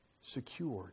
secured